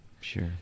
Sure